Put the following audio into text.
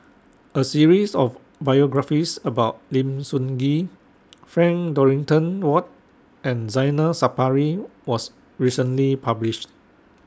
A series of biographies about Lim Sun Gee Frank Dorrington Ward and Zainal Sapari was recently published